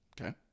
Okay